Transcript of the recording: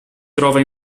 trova